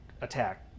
attack